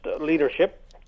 leadership